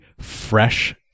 fresh